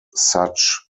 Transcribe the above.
such